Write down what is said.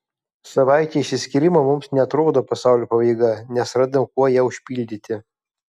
savaitė išsiskyrimo mums neatrodo pasaulio pabaiga nes randam kuo ją užpildyti